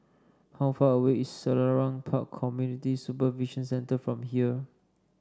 how far away is Selarang Park Community Supervision Centre from here